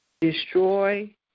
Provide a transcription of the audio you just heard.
destroy